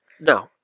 No